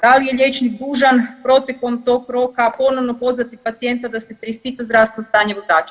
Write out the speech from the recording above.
Da li je liječnik dužan protekom tog roka ponovno pozvati pacijenta da se preispita zdravstveno stanje vozača?